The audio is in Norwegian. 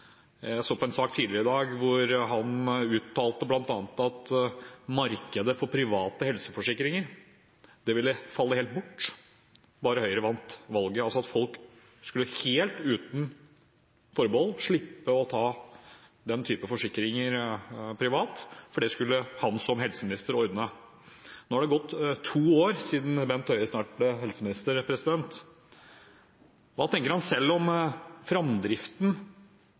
Jeg så på en sak tidligere i dag hvor han bl.a. uttalte at markedet for private helseforsikringer ville falle helt bort bare Høyre vant valget, altså at folk helt uten forbehold skulle slippe å tegne den type forsikringer privat, for det skulle han som helseminister ordne. Nå er det snart gått to år siden Bent Høie ble helseminister. Hva tenker han selv om framdriften